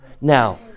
Now